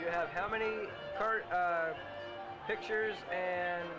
you have how many pictures and